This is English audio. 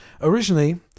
Originally